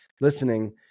listening